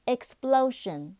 Explosion